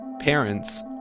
Parents